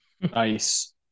nice